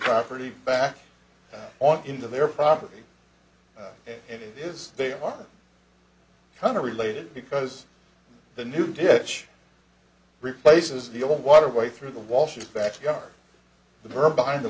property back on into their property and it is they are kind of related because the new dish replaces the own water way through the wall she's back yard the her behind the